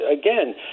again